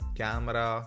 camera